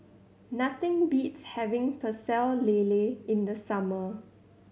nothing beats having Pecel Lele in the summer